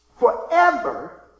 forever